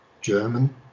German